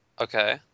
Okay